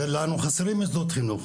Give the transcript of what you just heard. ולנו חסרים מוסדות חינוך,